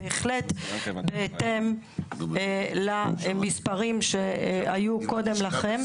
והיא בהחלט בהתאם למספרים שהיו קודם לכן.